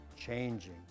changing